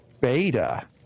beta